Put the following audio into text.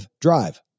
drive